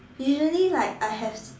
usually like I have